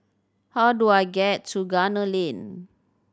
how do I get to Gunner Lane